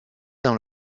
dans